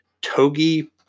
Togi